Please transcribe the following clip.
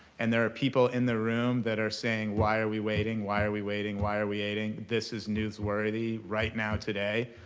and there are people in the room that are saying, why are we waiting? why are we waiting? why are we waiting? this is newsworthy right now today.